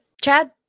Chad